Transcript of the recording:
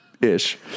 ish